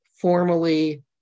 formally